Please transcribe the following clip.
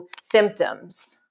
symptoms